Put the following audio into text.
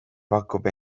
pakub